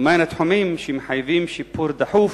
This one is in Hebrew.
ומהם התחומים שמחייבים שיפור דחוף